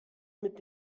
mit